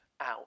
out